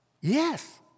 Yes